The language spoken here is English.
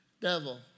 devil